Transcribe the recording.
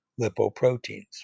lipoproteins